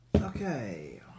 Okay